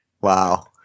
wow